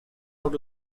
out